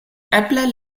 eble